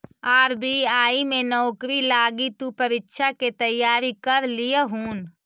RBI में नौकरी लागी तु परीक्षा के तैयारी कर लियहून